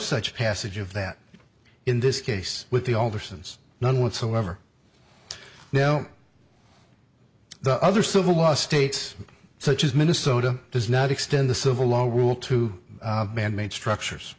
such passage of that in this case with the owner since none whatsoever no the other civil law states such as minnesota does not extend the civil law will two manmade structures